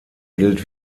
gilt